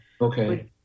Okay